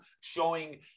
showing